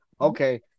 Okay